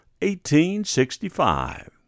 1865